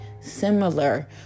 similar